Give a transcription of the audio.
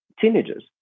teenagers